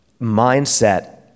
mindset